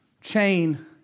chain